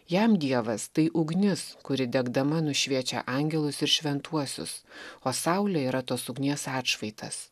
jam dievas tai ugnis kuri degdama nušviečia angelus ir šventuosius o saulė yra tos ugnies atšvaitas